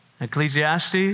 Ecclesiastes